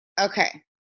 Okay